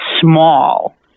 small